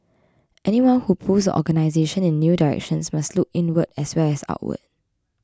anyone who pulls the organisation in new directions must look inward as well as outward